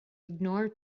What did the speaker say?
ignore